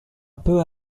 peu